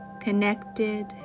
connected